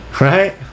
right